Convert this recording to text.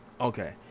Okay